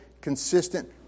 consistent